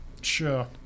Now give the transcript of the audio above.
Sure